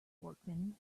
workman